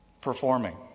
performing